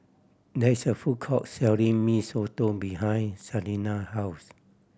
there is a food court selling Mee Soto behind Shaina house